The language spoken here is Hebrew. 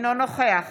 אינו נוכח